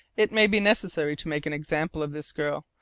it may be necessary to make an example of this girl,